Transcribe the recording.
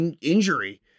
injury